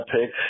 pick